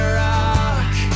rock